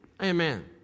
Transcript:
Amen